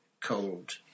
cold